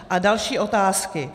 A další otázky.